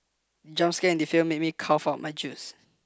the jump scare in the film made me cough out my juice